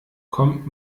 kommt